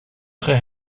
très